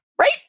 Right